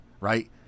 right